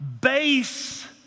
base